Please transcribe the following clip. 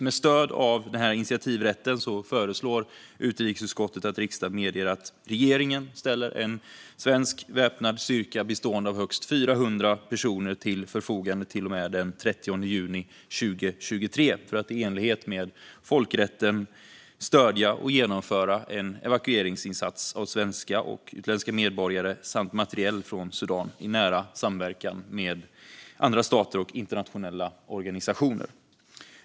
Med stöd av denna initiativrätt föreslår utrikesutskottet att riksdagen medger att regeringen ställer en svensk väpnad styrka bestående av högst 400 personer till förfogande till och med den 30 juni 2023 för att i enlighet med folkrätten stödja och genomföra en evakueringsinsats när det gäller svenska och utländska medborgare samt materiel från Sudan i nära samverkan med andra stater och internationella organisationer.